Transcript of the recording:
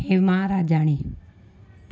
Hema Rajani